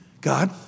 God